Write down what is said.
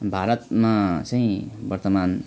भारतमा चाहिँ वर्तमान